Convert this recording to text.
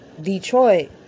detroit